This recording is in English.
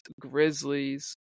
Grizzlies